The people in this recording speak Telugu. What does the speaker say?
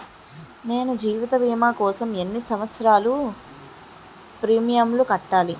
నేను జీవిత భీమా కోసం ఎన్ని సంవత్సారాలు ప్రీమియంలు కట్టాలి?